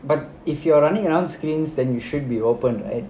but if you are running around screens then you should be open right